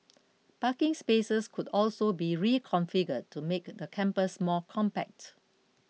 parking spaces could also be reconfigured to make the campus more compact